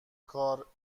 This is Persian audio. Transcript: کار